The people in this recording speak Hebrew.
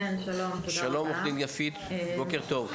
שלום, עורכת דין יפית, בוקר טוב.